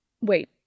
Wait